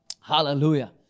Hallelujah